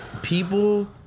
People